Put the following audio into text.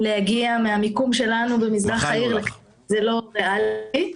להגיע מהמיקום שלנו במזרח העיר זה לא ריאלי.